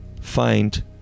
find